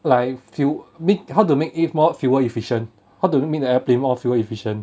like few ma~ how to make a more fuel efficient how to make the airplane more fuel efficient